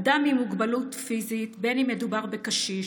אדם עם מוגבלות פיזית, בין שמדובר בקשיש